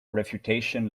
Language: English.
refutation